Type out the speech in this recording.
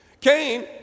Cain